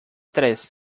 tres